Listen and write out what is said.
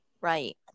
right